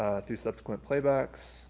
through subsequent playbacks